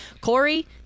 Corey